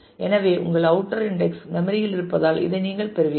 எனவே உங்கள் outer index memory இல் இருப்பதால் இதை நீங்கள் பெறுவீர்கள்